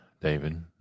David